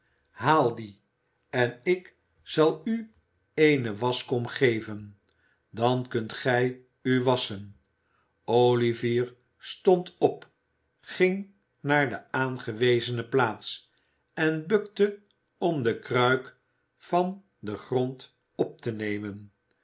haal die en ik zal u eene waschkom geven dan kunt gij u wasschen olivier stond op ging naar de aangewezene plaats en bukte om de kruik van den grond op te nemen